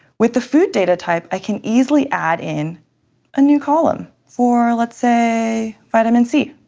with the food data type, i can easily add in a new column, for, let's say vitamin c.